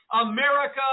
America